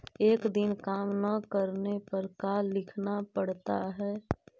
एक दिन काम न करने पर का लिखना पड़ता है?